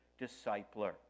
discipler